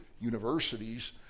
universities